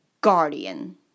Guardian